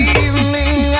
evening